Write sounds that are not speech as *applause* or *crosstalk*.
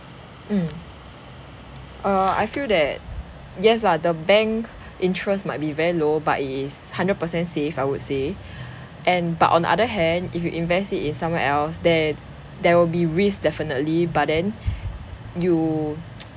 mm err I feel that yes lah the bank interest might be very low but it is hundred percent safe I would say and but on the other hand if you invest it in somewhere else then there will be risk definitely but then you *noise*